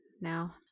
now